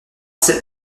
sept